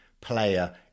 player